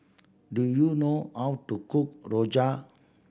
do you know how to cook rojak